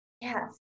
yes